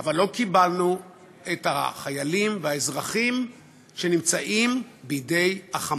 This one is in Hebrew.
אבל לא קיבלנו את החיילים והאזרחים שנמצאים בידי ה"חמאס".